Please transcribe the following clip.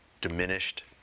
diminished